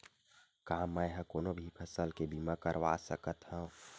का मै ह कोनो भी फसल के बीमा करवा सकत हव?